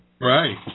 Right